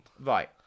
Right